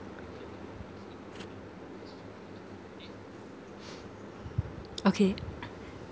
okay